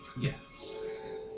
Yes